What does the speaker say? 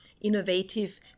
innovative